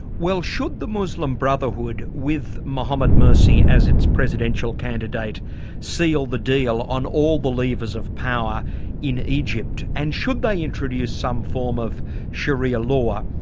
well should the muslim brotherhood with mohammed mursi as its presidential candidate seal the deal on all believers of power in egypt and should they introduce some form of sharia law,